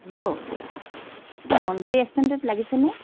hello এইটো মনভৰি ৰেষ্টুৰেণ্টত লাগিছে নে